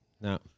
No